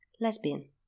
Lesbian